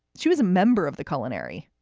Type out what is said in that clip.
she was a member of the culinary